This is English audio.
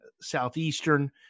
Southeastern